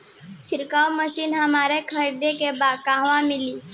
छिरकाव मशिन हमरा खरीदे के बा कहवा मिली?